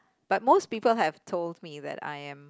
but most people have told me that I am